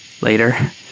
later